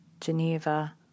Geneva